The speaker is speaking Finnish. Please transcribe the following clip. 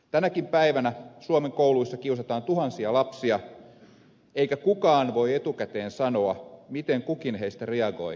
tänäkin päivänä suomen kouluissa kiusataan tuhansia lapsia eikä kukaan voi etukäteen sanoa miten kukin heistä reagoi tähän tilanteeseen